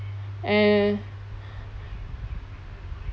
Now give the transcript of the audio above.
eh